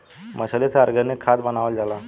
मछली से ऑर्गनिक खाद्य बनावल जाला